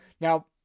Now